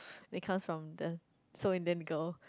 they cause from the so in them go